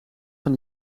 van